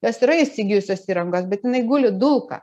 jos yra įsigijusios įrangos bet jinai guli dulka